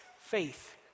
faith